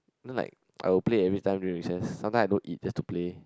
know like I would play every time during recess sometimes I don't eat just to play